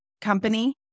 company